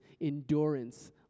endurance